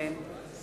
אין.